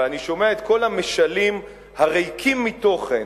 אבל אני שומע את כל המשלים הריקים מתוכן,